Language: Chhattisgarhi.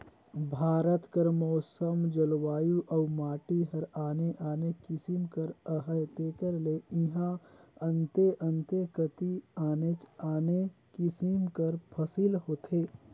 भारत कर मउसम, जलवायु अउ माटी हर आने आने किसिम कर अहे तेकर ले इहां अन्ते अन्ते कती आनेच आने किसिम कर फसिल होथे